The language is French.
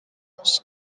argent